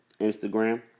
Instagram